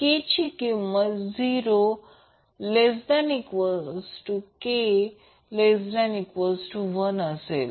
k ची किंमत 0 ≤ k ≤ 1 असेल